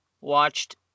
watched